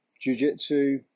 jiu-jitsu